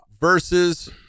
versus